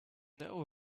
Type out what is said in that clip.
know